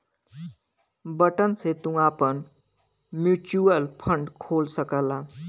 button से तू आपन म्युचुअल फ़ंड खोल सकला